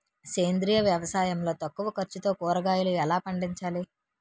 సేంద్రీయ వ్యవసాయం లో తక్కువ ఖర్చుతో కూరగాయలు ఎలా పండించాలి?